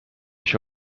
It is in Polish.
się